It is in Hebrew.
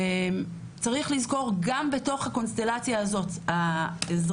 צריך לזכור גם בתוך הקונסטלציה הזאת העזרה